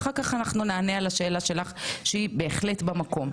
אחר כך נדבר על השאלה שלך שהיא בהחלט במקום.